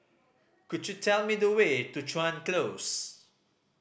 could you tell me the way to Chuan Close